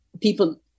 people